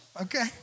Okay